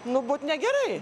nu būt negerai